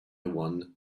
one